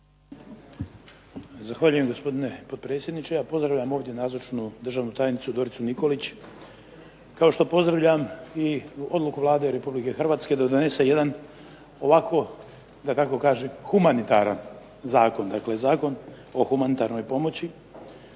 Zahvaljujem gospodine potpredsjedniče, pozdravljam ovdje nazočnu državnu tajnicu Doricu Nikolić, kao što pozdravljam i odluku Vlade Republike Hrvatske da donese jedna ovako da tako kažem humanitaran zakon, dakle Zakon o humanitarnoj pomoći.